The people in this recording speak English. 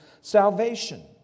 salvation